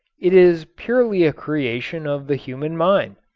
it is purely a creation of the human mind.